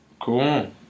cool